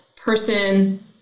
person